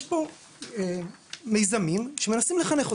יש פה מיזמים שמנסים לחנך אותך,